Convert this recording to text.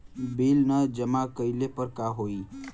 Bill न जमा कइले पर का होई?